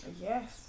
yes